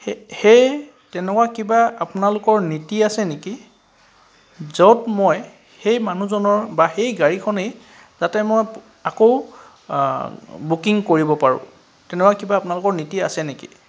সে সেই তেনেকুৱা কিবা আপোনালোকৰ নীতি আছে নেকি য'ত মই সেই মানুহজনৰ বা সেই গাড়ীখনেই যাতে মই আকৌ বুকিং কৰিব পাৰোঁ তেনেকুৱা কিবা আপোনালোকৰ নীতি আছে নেকি